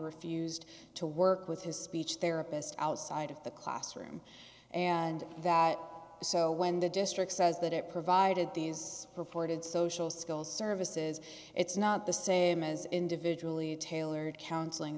refused to work with his speech therapist outside of the classroom and that so when the district says that it provided these reported social skills services it's not the same as individually tailored counseling